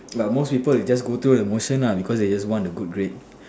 but most people will just go through the motion lah because they want the good grade